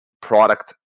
product